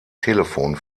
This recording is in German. telefon